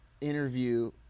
Interview